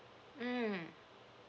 mm